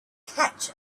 catch